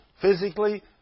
physically